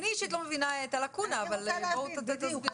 אני אישית לא מבינה את הלקונה, אבל בואו תסבירו.